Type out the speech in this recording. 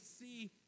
see